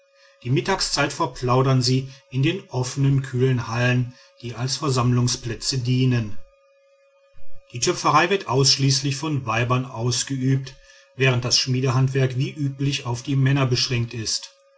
die mittagszeit verplaudern sie in den offenen kühlen hallen die als versammlungsplätze dienen die töpferei wird ausschließlich von weibern ausgeübt während das schmiedehandwerk wie üblich auf die männer beschränkt ist